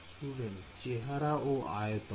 Student চেহারা ও আয়তন